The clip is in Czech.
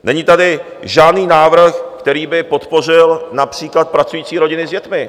Není tady žádný návrh, který by podpořil například pracující rodiny s dětmi.